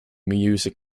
music